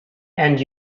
and